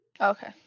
Okay